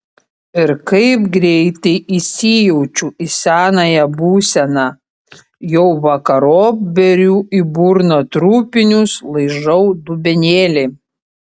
ir kaip greitai įsijaučiu į senąją būseną jau vakarop beriu į burną trupinius laižau dubenėlį